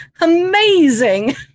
Amazing